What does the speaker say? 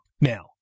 now